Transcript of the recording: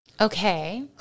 Okay